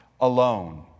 alone